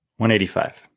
185